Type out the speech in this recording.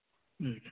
ꯎꯝ